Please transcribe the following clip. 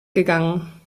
gegangen